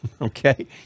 Okay